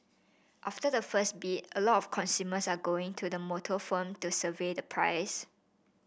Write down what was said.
after the first bid a lot of consumers are going to the motor firm to survey the price